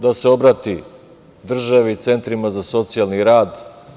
Da se obrati državi, centrima za socijalni rad.